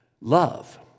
love